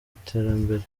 iterambere